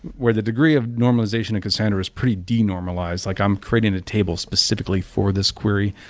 where the degree of normalization in cassandra is pretty denormalized, like i'm creating a table specifically for this query.